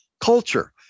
culture